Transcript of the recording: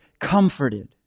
comforted